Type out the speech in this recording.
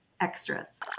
extras